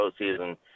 postseason